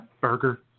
burger